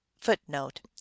footnote